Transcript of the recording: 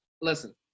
Listen